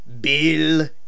Bill